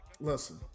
listen